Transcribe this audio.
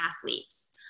athletes